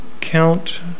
count